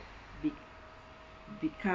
be become